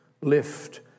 lift